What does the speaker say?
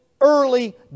early